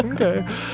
Okay